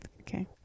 Okay